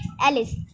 Alice